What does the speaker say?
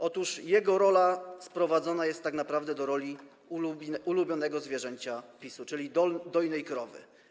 Otóż jego rola sprowadzona jest tak naprawdę do roli ulubionego zwierzęcia PiS-u, czyli dojnej krowy.